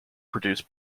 produced